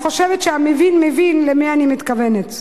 אני חושבת שהמבין מבין למי אני מתכוונת.